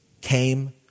came